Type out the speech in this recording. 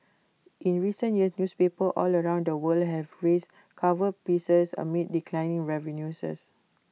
in recent years newspapers all around the world have raised cover prices amid declining revenues